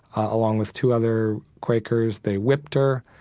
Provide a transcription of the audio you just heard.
ah along with two other quakers. they whipped her.